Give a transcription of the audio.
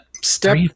Step